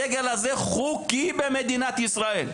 הדגל הזה חוקי במדינת ישראל.